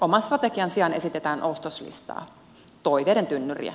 oman strategian sijaan esitetään ostoslistaa toiveiden tynnyriä